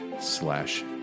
slash